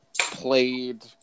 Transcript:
played